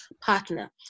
partner